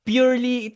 Purely